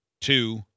two